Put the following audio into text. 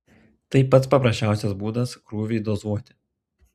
tai pats paprasčiausias būdas krūviui dozuoti